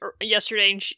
yesterday